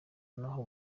n’aho